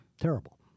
terrible